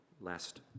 last